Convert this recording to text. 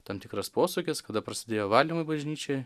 tam tikras posūkis kada prasidėjo valymai bažnyčioj